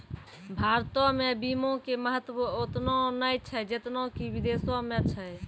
भारतो मे बीमा के महत्व ओतना नै छै जेतना कि विदेशो मे छै